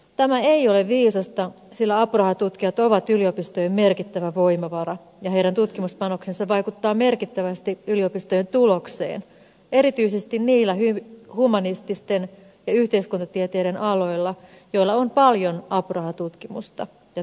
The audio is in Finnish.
tämä ei ole viisasta sillä apurahatutkijat ovat yliopistojen merkittävä voimavara ja heidän tutkimuspanoksensa vaikuttaa merkittävästi yliopistojen tulokseen erityisesti niillä humanististen ja yhteiskuntatieteiden aloilla joilla on paljon apurahatutkimusta ja tutkijoita